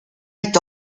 est